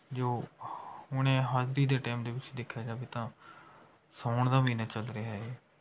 ਜੋ ਹੁਣ ਹਾਲ ਦੀ ਦੇ ਟਾਈਮ ਦੇ ਵਿੱਚ ਦੇਖਿਆ ਜਾਵੇ ਤਾਂ ਸਾਉਣ ਦਾ ਮਹੀਨਾ ਚੱਲ ਰਿਹਾ ਹੈ